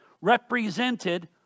represented